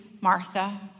Martha